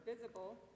visible